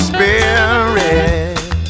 Spirit